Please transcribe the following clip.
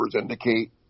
indicate